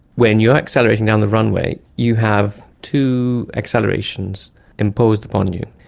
when you are accelerating down the runway you have two accelerations imposed upon you.